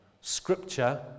Scripture